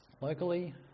locally